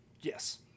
yes